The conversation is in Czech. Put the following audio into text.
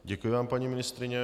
Děkuji vám, paní ministryně.